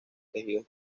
tejidos